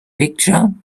picture